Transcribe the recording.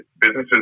businesses